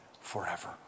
forever